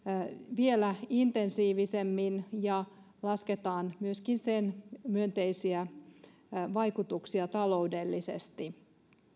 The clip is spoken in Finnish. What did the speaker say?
vielä intensiivisemmin ja lasketaan myöskin sen myönteisiä vaikutuksia taloudellisesti